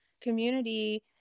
community